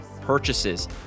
purchases